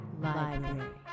Library